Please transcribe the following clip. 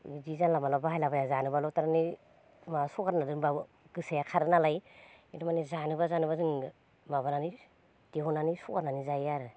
इदि जानला मोनला बाहायलाबाया जानोबाल' थारमाने सरगारना दोनब्लाबो गोसाया खारोनालाय थारमाने जानोब्ला जानोब्ला जों माबानानै दिहुननानै सगारनानै जायो आरो